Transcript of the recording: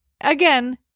again